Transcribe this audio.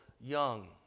young